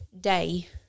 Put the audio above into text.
day